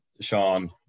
Sean